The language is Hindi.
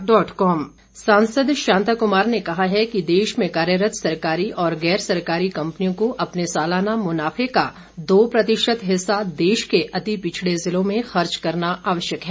शांता कुमार सांसद शांता कुमार ने कहा है कि देश में कार्यरत सरकारी और गैर सरकारी कम्पनियों को अपने सालाना मुनाफे का दो प्रतिशत हिस्सा देश के अति पिछड़े जिलों में खर्च करना आवश्यक है